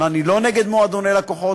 אני לא נגד מועדוני לקוחות,